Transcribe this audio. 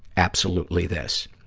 absolutely this.